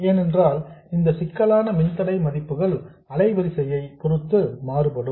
ஏனென்றால் இந்த சிக்கலான மின்தடை மதிப்புகள் அலைவரிசையை பொருத்து மாறுபடும்